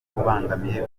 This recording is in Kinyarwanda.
ubangamiye